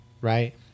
right